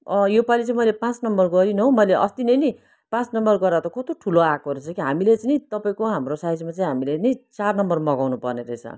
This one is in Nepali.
अँ यो पालि चाहिँ मैले पाँच नम्बर गरिनँ हौ मैले अस्ति नै नि पाँच नम्बर गर्दा त कत्रो ठुलो आएको रहेछ कि हामीले चाहिँ नि तपाईँको हाम्रो साइजमा चाहिँ हामीले नि चार नम्बर मगाउनु पर्ने रहेछ